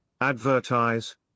advertise